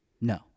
no